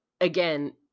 again